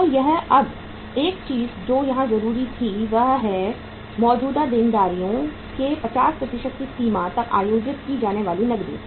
तो अब एक चीज जो यहां जरूरी थी वह है मौजूदा देनदारियों के 50 की सीमा तक आयोजित की जाने वाली नकदी